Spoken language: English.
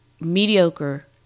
mediocre